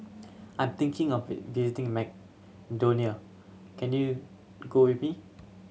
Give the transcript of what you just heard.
I'm thinking of visiting Macedonia can you go with me